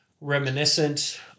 reminiscent